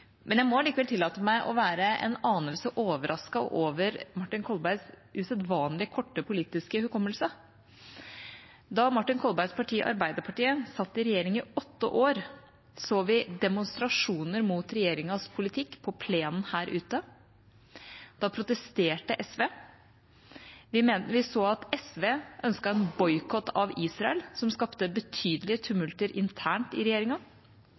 Martin Kolbergs parti, Arbeiderpartiet, satt i regjering i åtte år, så vi demonstrasjoner mot regjeringas politikk på plenen her ute. Da protesterte SV. Vi så at SV ønsket en boikott av Israel, som skapte betydelige tumulter internt i regjeringa.